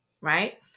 right